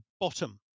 bottom